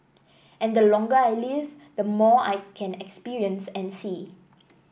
and the longer I live the more I can experience and see